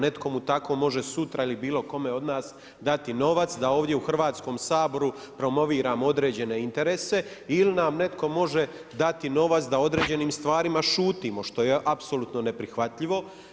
Netko mu tako može sutra ili bilo kome od nas dati novac da ovdje u Hrvatskom saboru promoviramo određene interese ili nam netko može dati novac da o određenim stvarima šutimo što je apsolutno neprihvatljivo.